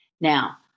Now